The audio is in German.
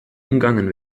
umgangen